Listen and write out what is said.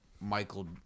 Michael